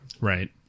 right